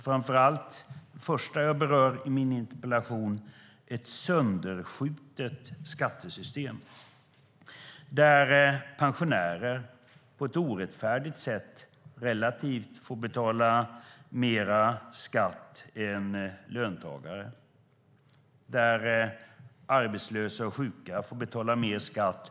Framför allt är det - det är det första jag berör i min interpellation - ett sönderskjutet skattesystem, där pensionärer på ett orättfärdigt sätt får betala mer skatt, relativt, än löntagare och där arbetslösa och sjuka får betala mer skatt.